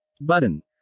Button